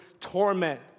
torment